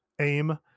aim